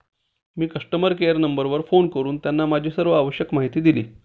मी customer care नंबरवर phone करून त्यांना माझी सर्व आवश्यक माहिती दिली